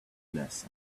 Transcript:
less